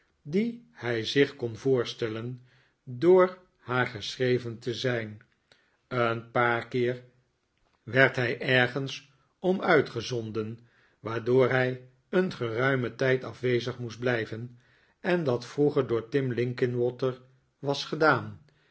dien hij zich kon voorstellen door haar geschreven te zijn een paar keer werd hij ergens om uitgezonden waardoor hij een geruimen tijd a'fwezig moest blijven en dat vroeger door tim linkinwater was gedaan